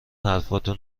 حرفاتون